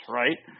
right